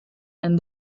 and